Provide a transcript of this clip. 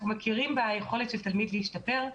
אנחנו מכירים ביכולת של תלמיד להשתפר,